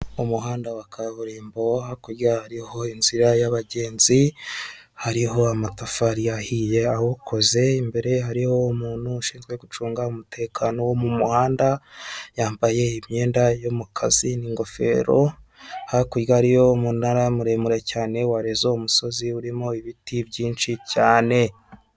Umuhanda wa kaburimbo hakurya hariho inzira y'abagenzi, hariho amatafari yahiye awukoze, imbere hariho umuntu ushinzwe gucunga umutekano wo mu muhanda yambaye imyenda yo mu kazi n'ingofero, hakurya hariyo umunara muremure cyane wa rezo, umusozi urimo ibiti byinshi cyane.